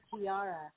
Tiara